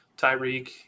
Tyreek